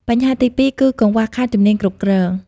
បញ្ហាទីពីរគឺ កង្វះខាតជំនាញគ្រប់គ្រង។